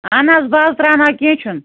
اہن حظ بہٕ حظ تراوناو کیٚنٛہہ چھُنہٕ